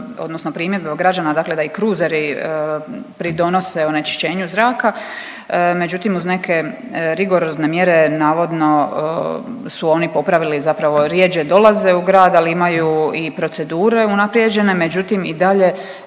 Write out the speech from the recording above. odnosno primjedbe građana dakle da i kruzeri pridonose onečišćenju zraka. Međutim uz neke rigorozne mjere navodno su oni popravili zapravo, rjeđe dolaze u grad ali imaju i procedure unaprijeđene, međutim i dalje